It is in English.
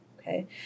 okay